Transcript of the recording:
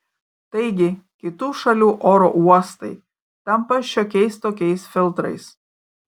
taigi kitų šalių oro uostai tampa šiokiais tokiais filtrais